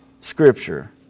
scripture